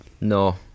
no